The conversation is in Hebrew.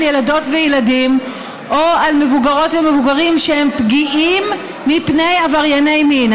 ילדות וילדים או על מבוגרות ומבוגרים שהם פגיעים מפני עברייני מין.